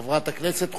היא חברת הכנסת חוטובלי,